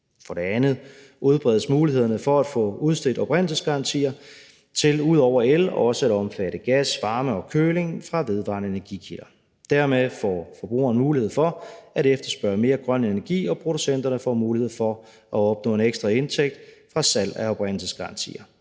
For det andet udbredes mulighederne for at få udstedt oprindelsesgarantier til ud over el også at omfatte gas, varme og køling fra vedvarende energikilder. Dermed får forbrugerne mulighed for at efterspørge mere grøn energi, og producenterne får mulighed for at opnå en ekstra indtægt fra salg af oprindelsesgarantier.